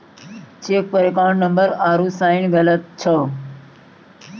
cheque पर account number आरू sign गलत छौ